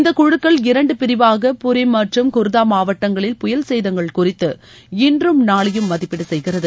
இந்த குழுக்கள் இரண்டு பிரிவாக புரி மற்றம் குர்தா மாவட்டங்களில் புயல் சேதங்கள் குறித்து இன்றும் நாளையும் மதிப்பீடு செய்கிறது